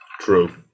True